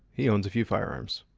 he owns a few firearms.